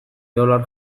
dolar